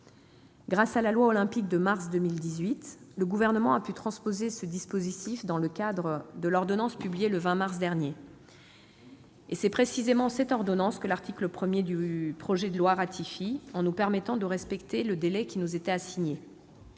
Grâce à la loi précitée, le Gouvernement a pu transposer ce dispositif dans le cadre de l'ordonnance publiée le 20 mars dernier. Et c'est précisément cette ordonnance que l'article 1 du projet de loi vise à ratifier, dans le respect du délai qui nous était assigné.